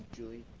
julie?